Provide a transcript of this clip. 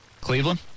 Cleveland